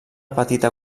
petita